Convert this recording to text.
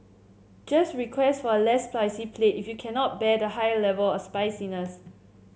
just request for a less spicy plate if you cannot bear high level of spiciness